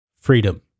freedom